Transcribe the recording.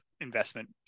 investment